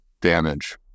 damage